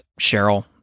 Cheryl